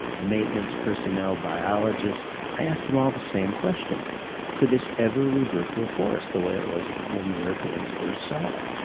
maintenance personnel, biologists, i asked them all the same question could this ever revert to a forest the way it was when europeans first saw it?